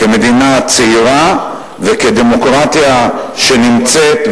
כמדינה צעירה וכדמוקרטיה שנמצאת,